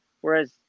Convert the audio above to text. Whereas